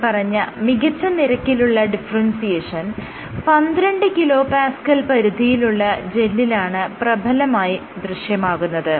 മേല്പറഞ്ഞ മികച്ച നിരക്കിലുള്ള ഡിഫറെൻസിയേഷൻ 12kPa പരിധിയിലുള്ള ജെല്ലിലാണ് പ്രബലമായി ദൃശ്യമാകുന്നത്